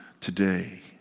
today